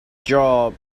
job